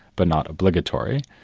but not obligatory,